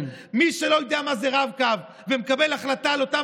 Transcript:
מי שלא יודע מה זה רב-קו ומקבל החלטה על אותם